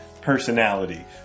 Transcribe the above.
personality